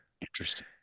Interesting